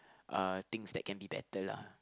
uh things that can be better lah